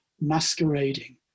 masquerading